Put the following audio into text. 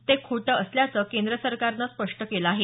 ते खोटं असल्याचं केंद्र सरकारनं स्पष्ट केलं आहे